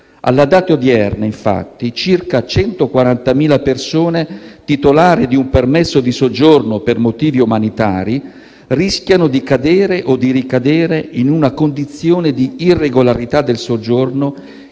Alla data odierna, infatti, circa 140.000 persone titolari di un permesso di soggiorno per motivi umanitari rischiano di cadere o di ricadere in una condizione di irregolarità del soggiorno